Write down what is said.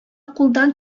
кулдан